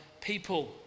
people